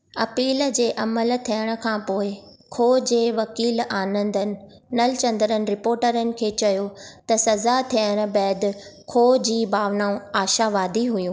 appeal जे अमल थियण खां पोइ खो जे वकील आनंदन नलचंद्रन रिपोर्टरनि खे चयो त सज़ा थियण बैदि खो जी भावनाऊँ आशावादी हुयूं